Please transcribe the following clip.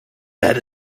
that